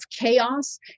chaos